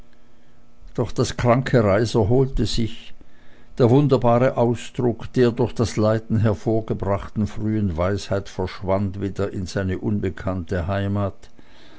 doch das kranke reis erholte sich der wunderbare ausdruck der durch das leiden hervorgebrachten frühen weisheit verschwand wieder in seine unbekannte heimat